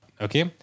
Okay